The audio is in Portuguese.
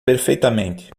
perfeitamente